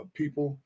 people